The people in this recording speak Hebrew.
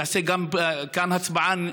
תעשה גם כאן הצבעה,